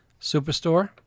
Superstore